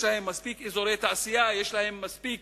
יש להן מספיק אזורי תעשייה, יש להן מספיק